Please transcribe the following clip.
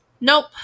Nope